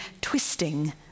twisting